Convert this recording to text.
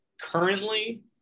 currently